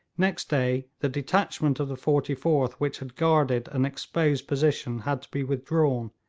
next day the detachment of the forty fourth which had guarded an exposed position had to be withdrawn,